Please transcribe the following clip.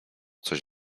coś